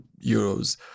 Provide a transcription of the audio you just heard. euros